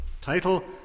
Title